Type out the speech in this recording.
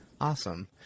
Awesome